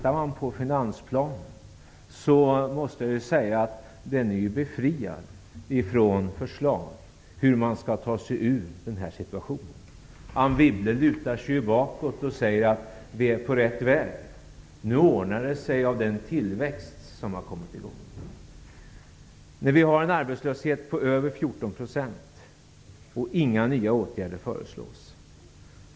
Om man ser i finansplanen, är ju den befriad från förslag om hur man skall ta sig ur den här situationen. Anne Wibble lutar sig bakåt och säger att vi är på rätt väg och att det nu ordnar sig till följd av den tillväxt som har kommit i gång. Men vi har en arbetslöshet på över 14 %, och inga nya åtgärder föreslås.